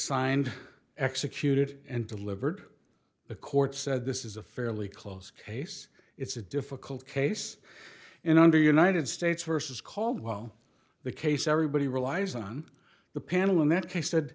signed executed and delivered the court said this is a fairly close case it's a difficult case and under united states versus caldwell the case everybody relies on the panel in that case said